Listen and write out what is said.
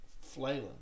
flailing